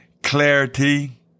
Clarity